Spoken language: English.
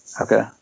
Okay